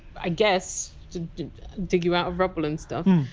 i guess? to dig you out of rubble and stuff.